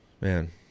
Man